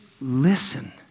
listen